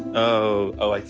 oh. oh, oh.